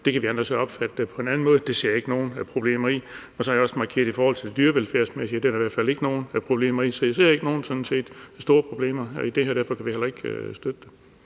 det kan vi andre så opfatte på en anden måde. Det ser jeg ikke nogen problemer i. Så har jeg markeret i forhold til det dyrevelfærdsmæssige, at det er der da i hvert fald ikke nogen problemer i. Så jeg ser sådan set ikke de store problemer i det her, og derfor kan vi heller ikke støtte det.